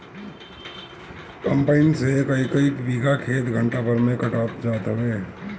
combine से कईकई बीघा खेत घंटा भर में कटात जात हवे